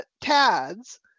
TADS